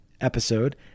episode